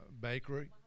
bakery